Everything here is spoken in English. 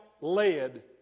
led